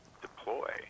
deploy